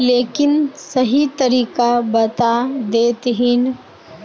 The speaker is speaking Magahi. लेकिन सही तरीका बता देतहिन?